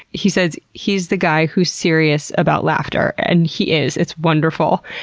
he says he's the guy who's serious about laughter. and he is. it's wonderful.